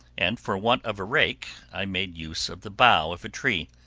and for want of a rake, i made use of the bough of a tree.